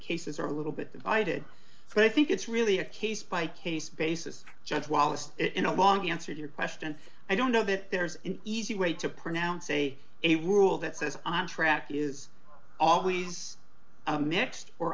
cases are a little bit divided but i think it's really a case by case basis judge wallace in a long answer your question i don't know that there's an easy way to pronounce a a rule that says on track is always a mixed or